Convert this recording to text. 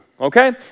okay